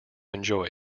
enjoy